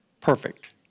perfect